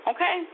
Okay